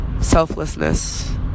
selflessness